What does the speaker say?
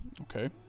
Okay